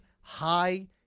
high